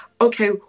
okay